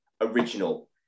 original